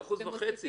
זה 1.5%,